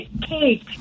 cake